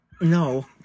No